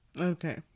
Okay